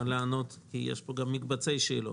אנסה לענות בקצרה כי יש פה גם מקבצי שאלות.